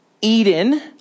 Eden